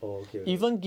orh okay okay